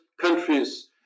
countries